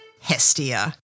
Hestia